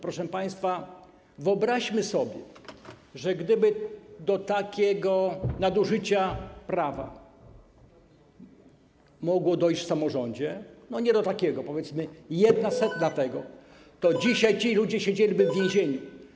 Proszę państwa, wyobraźmy sobie: gdyby do takiego nadużycia prawa mogło dojść w samorządzie, no nie do takiego, powiedzmy, do jednej setnej tego, to dzisiaj ci ludzie siedzieliby w więzieniu.